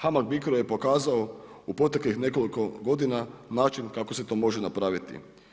HAMAG Bicro je pokazao u proteklih nekoliko godina način kako se to može napraviti.